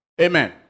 Amen